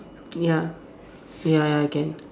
ya ya ya can